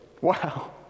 Wow